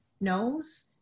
knows